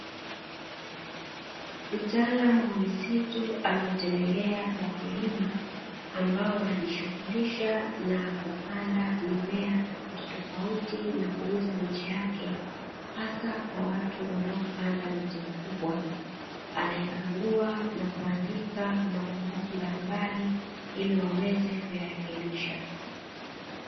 Mtaalamu wa misitu amewatembelea wakulima ambak wanajishughulisha na kupanda mimea tofautitofauti na kuuza miche yake hasa kwa watu wanaopanda miti mikubwa anaikagua na kuandika mapungufu mbalimbali ili waweze kuyarekebisha.